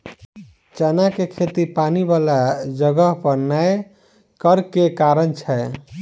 चना केँ खेती पानि वला जगह पर नै करऽ केँ के कारण छै?